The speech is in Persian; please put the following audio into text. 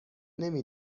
نمی